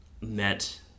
met